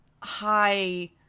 high